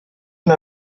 los